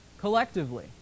collectively